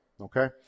Okay